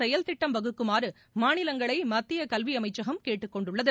செயல் திட்டம் வகுக்குமாறு மாநிலங்களை மத்திய கல்வி அமைச்சகம் கேட்டுக் கொண்டுள்ளது